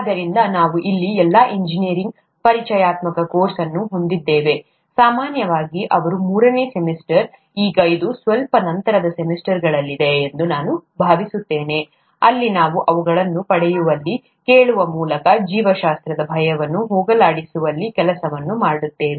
ಆದ್ದರಿಂದ ನಾವು ಇಲ್ಲಿ ಎಲ್ಲಾ ಇಂಜಿನಿಯರ್ಗಳಿಗೆ ಪರಿಚಯಾತ್ಮಕ ಕೋರ್ಸ್ ಅನ್ನು ಹೊಂದಿದ್ದೇವೆ ಸಾಮಾನ್ಯವಾಗಿ ಅವರ ಮೂರನೇ ಸೆಮಿಸ್ಟರ್ನಲ್ಲಿ ಈಗ ಇದು ಸ್ವಲ್ಪ ನಂತರದ ಸೆಮಿಸ್ಟರ್ಗಳಲ್ಲಿದೆ ಎಂದು ನಾನು ಭಾವಿಸುತ್ತೇನೆ ಅಲ್ಲಿ ನಾವು ಅವುಗಳನ್ನು ಪಡೆಯುವಲ್ಲಿ ಕೇಳುವ ಮೂಲಕ ಜೀವಶಾಸ್ತ್ರದ ಭಯವನ್ನು ಹೋಗಲಾಡಿಸುವಲ್ಲಿ ಕೆಲಸ ಮಾಡುತ್ತೇವೆ